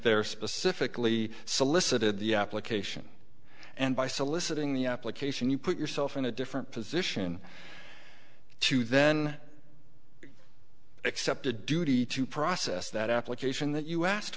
there specifically solicited the application and by soliciting the application you put yourself in a different position to then accept a duty to process that application that you asked